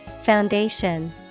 Foundation